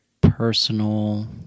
personal